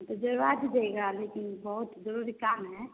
त जुड़वा दीजिएगा लेकिन बहुत ज़रूरी काम है